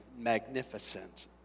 magnificent